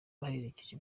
baherekeje